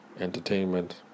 entertainment